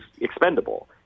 expendable